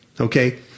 Okay